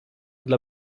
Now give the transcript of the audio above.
dla